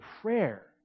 prayer